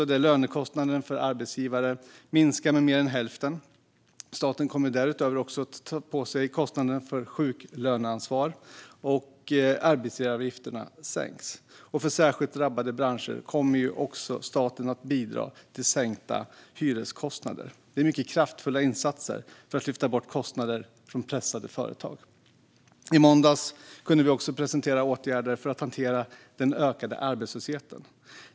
Det minskar lönekostnaden för arbetsgivaren med mer än hälften. Staten kommer därutöver att ta på sig kostnaden för sjuklöneansvar, och arbetsgivaravgifterna sänks. För särskilt drabbade branscher kommer staten också att bidra till sänkta hyreskostnader. Detta är mycket kraftfulla insatser för att lyfta bort kostnader från pressade företag. I måndags kunde vi också presentera åtgärder för att hantera den ökade arbetslösheten.